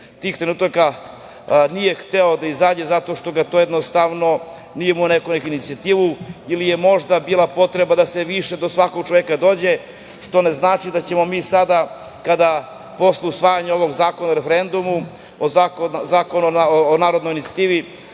tih trenutaka nije hteo da izađe zato što jednostavno nije imao neku inicijativu ili je možda bila potreba da se više do svakog čoveka dođe, što znači da ćemo mi sada, posle usvajanja ovog zakona o referendumu, zakona o narodnoj inicijativi,